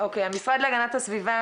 המשרד להגנת הסביבה,